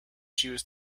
choose